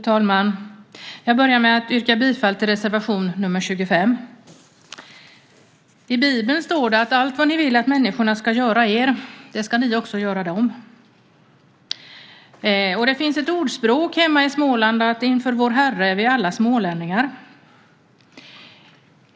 Fru talman! Jag börjar med att yrka bifall till reservation nr 25. I Bibeln står det: Allt vad ni vill att människorna ska göra er ska ni också göra dem. Det finns ett ordspråk hemma i Småland: Inför vår Herre är vi alla smålänningar.